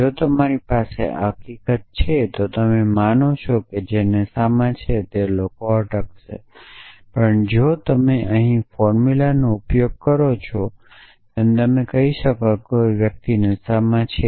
જો તમારી પાસે આ હકીકત છે તો તમે માનો છો કે જે નશામાં છે તે લોકો અટકશે પણ જ્યારે જો તમે અહીં ફોર્મુલાનો ઉપયોગ કરો છો જો તમે કહો કે કોઈ વ્યક્તિ નશામાં છે